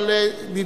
אבל נדמה,